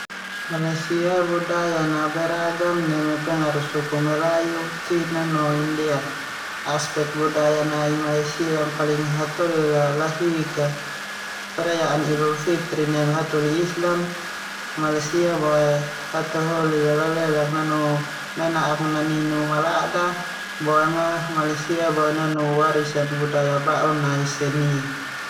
Malaysia ia budaya a beragam neme pengaruh suku melayu, cina no india. Aspek budaya nai malaysia yang paling hataholi a lahik a perayaan idul fitri neme hataholi islam. Malaysia boe hataholi a lalelak nanu nana'ak nininuk malada, boema Malaysia boe nanu warisan budaya ba'u nai seni.